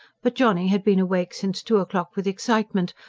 but johnny had been awake since two o'clock with excitement,